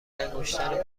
انگشتان